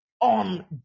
on